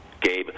Gabe